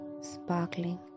sparkling